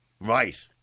Right